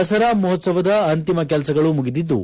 ದಸರಾ ಮಹೋತ್ಸವದ ಅಂತಿಮ ಕೆಲಸಗಳು ಮುಗಿದಿದ್ದು